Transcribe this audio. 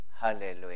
Hallelujah